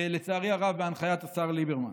לצערי הרב, בהנחיית השר ליברמן.